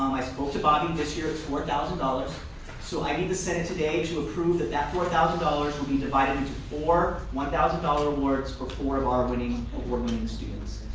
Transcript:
um i spoke to bobby, this year it's four thousand dollars so i need the senate today to approve that that four thousand dollars will be divided into four one thousand dollars awards for four of our winning award winning students.